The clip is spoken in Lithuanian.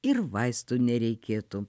ir vaistų nereikėtų